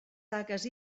taques